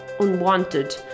unwanted